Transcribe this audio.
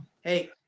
Hey